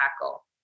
tackle